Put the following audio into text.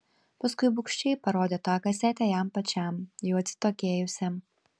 paskui bugščiai parodė tą kasetę jam pačiam jau atsitokėjusiam